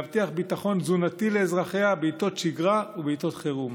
להבטיח ביטחון תזונתי לאזרחיה בעיתות שגרה ובעיתות חירום.